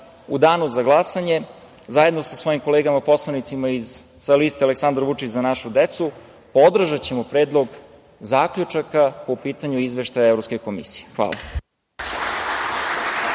u Danu za glasanje zajedno sa svojim kolegama poslanicima sa liste „Aleksandar Vučić – Za našu decu“, podržaćemo Predlog zaključaka po pitanju Izveštaja Evropske komisije. Hvala.